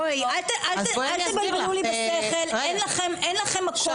בואי, אל תבלבלו את השכל, אין לכם מקום.